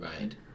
Right